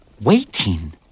Waiting